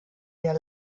der